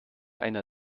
einer